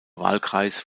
wahlkreis